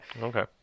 Okay